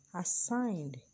assigned